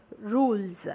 rules